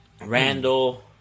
Randall